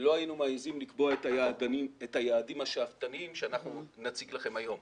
לא היינו מעזים לקבוע את היעדים השאפתניים שנציג לכם היום.